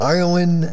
Ireland